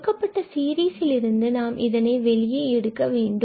கொடுக்கப்பட்ட சீரிஸில் இருந்து நாம் இதனை வெளியே எடுக்க வேண்டும்